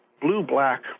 blue-black